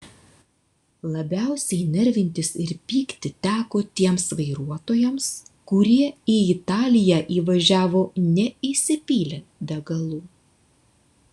labiausiai nervintis ir pykti teko tiems vairuotojams kurie į italiją įvažiavo neįsipylę degalų